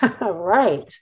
Right